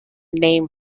name